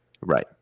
Right